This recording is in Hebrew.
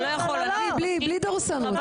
חנוך, אתה לא יכול ל --- חנוך, בלי דורסנות.